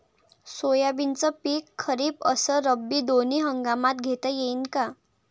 सोयाबीनचं पिक खरीप अस रब्बी दोनी हंगामात घेता येईन का?